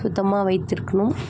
சுத்தமாக வைத்திருக்கணும்